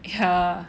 yeah